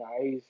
guys